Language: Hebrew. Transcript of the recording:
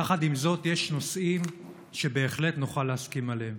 יחד עם זאת, יש נושאים שבהחלט נוכל להסכים עליהם,